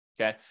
okay